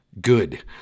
good